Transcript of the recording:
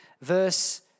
verse